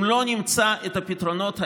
אם לא נמצא את הפתרונות האלה,